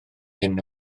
hyn